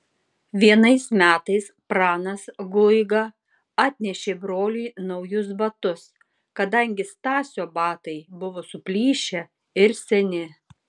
vienais metais pranas guiga atnešė broliui naujus batus kadangi stasio batai buvo apiplyšę ir seni